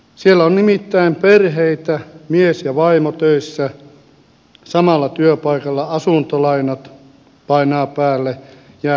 siellä on nimittäin perheitä mies ja vaimo töissä samalla työpaikalla asuntolainat painavat päälle jäävät työttömäksi nyt